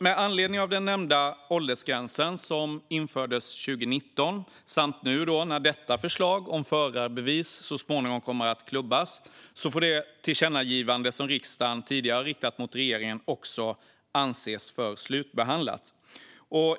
Med anledning av den nämnda åldersgränsen, som infördes 2019, och detta förslag om förarbevis, som så småningom kommer att klubbas, får det tillkännagivande som riksdagen tidigare riktat mot regeringen anses vara slutbehandlat.